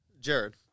Jared